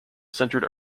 centred